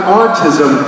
autism